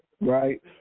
right